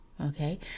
okay